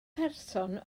person